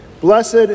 Blessed